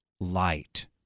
light